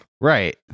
Right